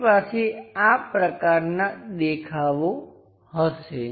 આપણી પાસે આ પ્રકારનાં દેખાવો હશે